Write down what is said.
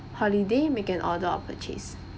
holiday make an order of purchase